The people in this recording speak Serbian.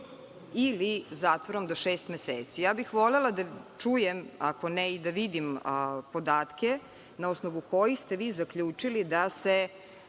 ili zatvorom do šest meseci. Ja bih volela da čujem, ako ne i da vidim podatke na osnovu kojih ste vi zaključili da se